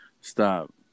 Stop